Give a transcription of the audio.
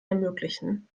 ermöglichen